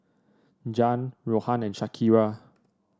Zhane Rohan and Shakira